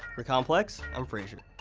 for complex, i'm frazier.